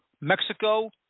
Mexico